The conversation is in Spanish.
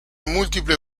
múltiples